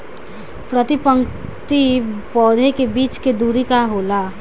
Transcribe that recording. प्रति पंक्ति पौधे के बीच के दुरी का होला?